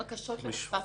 בקשות למשפט חוזר.